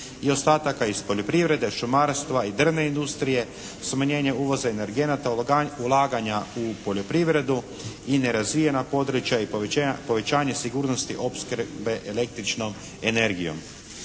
i ostataka iz poljoprivrede, šumarstva i drvne industrije, smanjenje uvoza energenata, ulaganja u poljoprivredu i nerazvijena područja i povećanje sigurnosti opskrbe električnom energijom.